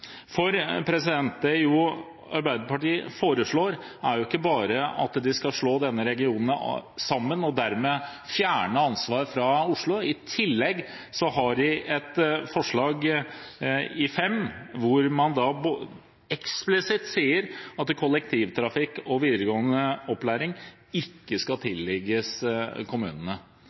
skal slå denne regionen sammen og dermed fjerne ansvar fra Oslo. I tillegg har de et forslag, forslag 5, hvor man eksplisitt sier at kollektivtrafikk og videregående opplæring ikke skal